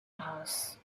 house